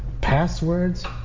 passwords